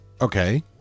Okay